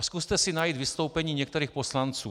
Zkuste si najít vystoupení některých poslanců.